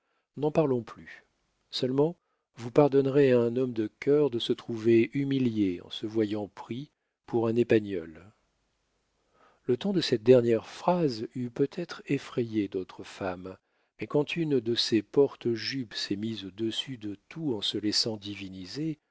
n'en parlons plus seulement vous pardonnerez à un homme de cœur de se trouver humilié en se voyant pris pour un épagneul le ton de cette dernière phrase eût peut-être effrayé d'autres femmes mais quand une de ces porte jupes s'est mise au-dessus de tout en se laissant diviniser